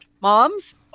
Moms